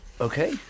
Okay